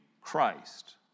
Christ